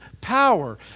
power